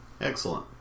Excellent